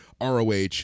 ROH